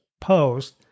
post